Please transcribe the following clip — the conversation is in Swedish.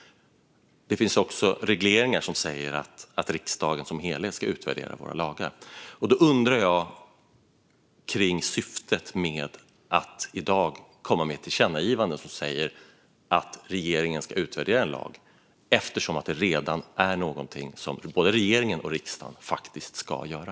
Det finns också regleringar som säger att riksdagen som helhet ska utvärdera våra lagar. Då undrar jag över syftet med att i dag komma med ett tillkännagivande som säger att regeringen ska utvärdera en lag, eftersom detta redan är något som både regeringen och riksdagen ska göra.